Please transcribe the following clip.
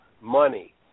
money